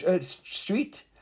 street